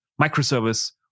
microservice